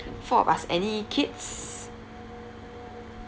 four of us any kids